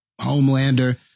Homelander